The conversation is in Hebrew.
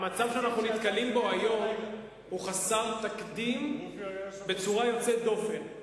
המצב שאנחנו נתקלים בו היום הוא חסר תקדים בצורה יוצאת דופן,